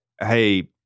Hey